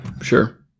sure